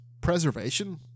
preservation